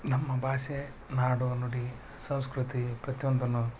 ನಮ್ಮ ಭಾಷೆ ನಾಡು ನುಡಿ ಸಂಸ್ಕೃತಿ ಪ್ರತಿಯೊಂದನ್ನೂ